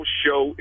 show